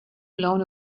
blown